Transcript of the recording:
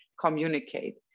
communicate